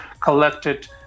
collected